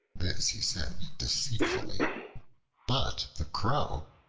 this he said deceitfully but the crow,